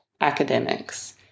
academics